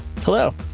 Hello